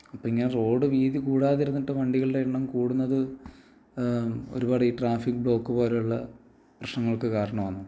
അപ്പോൾ ഇങ്ങനെ റോഡ് വീതി കൂടാതിരുന്നിട്ട് വണ്ടികളുടെ എണ്ണം കൂടുന്നത് ഒരുപാട് ഈ ട്രാഫിക് ബ്ലോക്കു പോലെയുള്ള പ്രശ്നങ്ങൾക്ക് കാരണമാകുന്നുണ്ട്